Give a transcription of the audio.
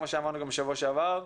כמו שאמרנו גם בשבוע שעבר,